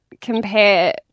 compare